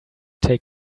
take